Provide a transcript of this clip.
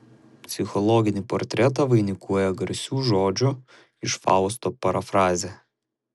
psichologinį portretą vainikuoja garsių žodžių iš fausto parafrazė